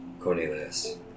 Cornelius